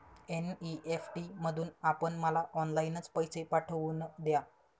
NEFT मधून आपण मला ऑनलाईनच पैसे पाठवून द्या